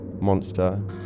Monster